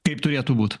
kaip turėtų būt